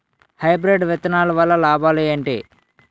Hybrid విత్తనాలు వల్ల లాభాలు ఏంటి?